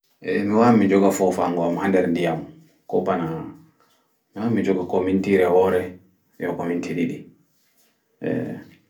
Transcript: Eeh mi wawa mi joga foofaango am ha nɗer nɗiyam ko ɓana mi wawan mi joga ko mintire woore ko minti ɗiɗi eeh